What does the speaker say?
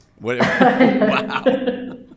Wow